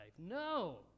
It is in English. No